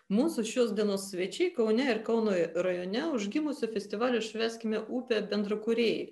mūsų šios dienos svečiai kaune ir kauno rajone užgimusio festivalio švęskime upę bendrakūrėjai